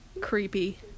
creepy